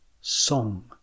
song